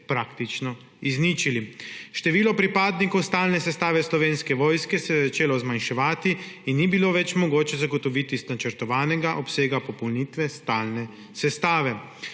praktično izničili. Število pripadnikov stalne sestave Slovenske vojske se je začelo zmanjševati in ni bilo več mogoče zagotoviti načrtovanega obsega popolnitve stalne sestave.